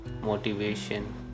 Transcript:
motivation